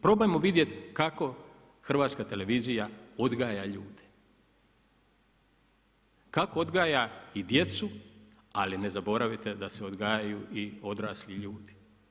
Probajmo vidjeti kako Hrvatska televizija odgaja ljude, kako odgaja i djecu, ali ne zaboravite da se odgajaju i odrasli ljudi.